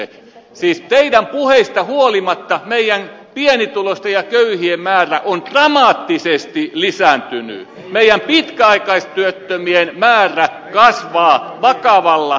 siis teidän puheistanne huolimatta meillä pienituloisten ja köy hien määrä on dramaattisesti lisääntynyt meillä pitkäaikaistyöttömien määrä kasvaa vakavalla tavalla